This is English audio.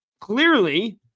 Clearly